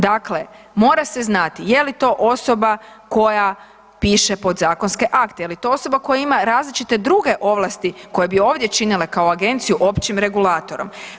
Dakle, mora se znati je li to osoba koja piše podzakonske akte, je li to osoba koja ima različite druge ovlasti koje bi ovdje činile kao agenciju općim regulatorom.